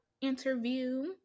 interview